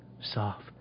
soft